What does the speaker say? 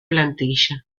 plantilla